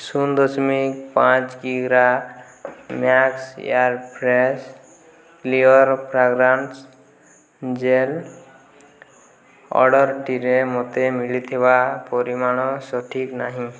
ଶୂନ ଦଶମିକ ପାଞ୍ଚ କିଗ୍ରା max air fresh clear fragrance gel ଅର୍ଡ଼ର୍ଟିରେ ମୋତେ ମିଳିଥିବା ପରିମାଣ ସଠିକ୍ ନାହିଁ